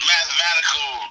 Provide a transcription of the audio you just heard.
mathematical